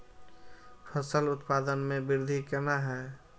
फसल उत्पादन में वृद्धि केना हैं?